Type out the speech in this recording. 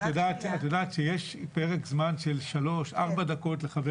את יודעת שיש פרק זמן של 4-3 דקות לחבר